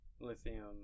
lithium